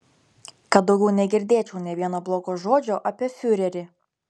kad daugiau negirdėčiau nė vieno blogo žodžio apie fiurerį